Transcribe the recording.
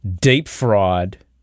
deep-fried